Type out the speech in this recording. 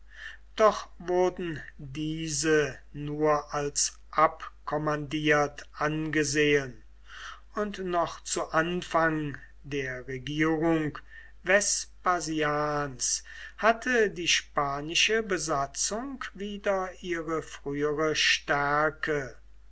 doch wurden diese nur als abkommandiert angesehen und noch zu anfang der regierung vespasians hatte die spanische besatzung wieder ihre frühere stärke